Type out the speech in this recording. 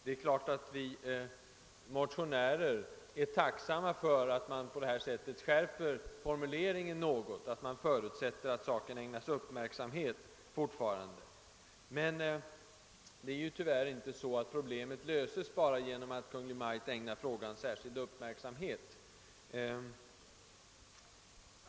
Vi motionärer är naturligtvis tacksamma för att utskottet på detta sätt skärper formuleringen och förutsätter att frågan ägnas särskild uppmärksamhet. Men det är tyvärr så att problemet inte löses bara genom att Kungl. Maj:t ägnar frågan uppmärksamhet.